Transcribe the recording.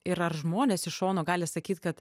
ir ar žmonės iš šono gali sakyt kad